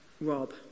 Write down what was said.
rob